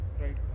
Right